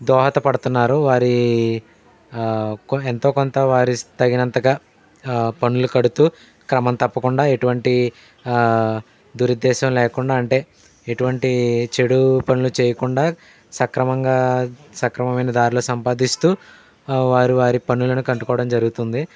దోహదపడుతున్నారు వారి ఎంతో కొంత వారి స్త తగినంతగా పన్నులు కడుతూ క్రమం తప్పకుండా ఎటువంటి దురుద్ధేశం లేకుండా అంటే ఎటువంటి చెడు పనులు చేయకుండా సక్రమంగా సక్రమమైన దారిలో సంపాదిస్తూ వారి వారి పన్నులను కట్టుకోవడం జరుగుతుంది